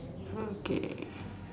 okay